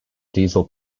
diesel